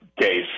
case